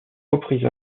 reprises